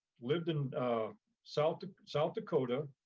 lived in south south dakota,